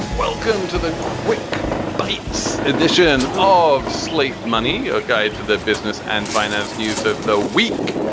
welcome to the quick bite edition of slate money, a guide to the business and finance news of the week.